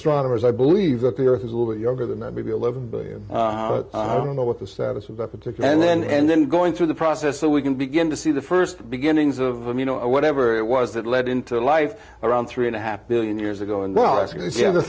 astronomers i believe that the earth is a little bit younger than that maybe eleven billion i don't know what the status of that particular and then and then going through the process so we can begin to see the first beginnings of them you know whatever it was that led into life around three and a half billion years ago and well